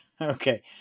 Okay